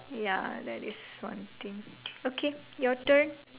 ya that is one thing okay your turn